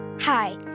Hi